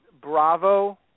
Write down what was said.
Bravo